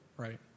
Right